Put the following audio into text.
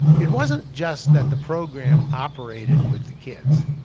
it wasn't just that the program operated with the kids.